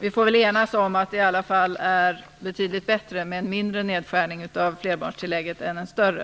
Vi får väl enas om att det i alla fall är betydligt bättre med en mindre nedskärning av flerbarnstillägget än en större.